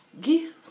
give